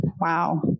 wow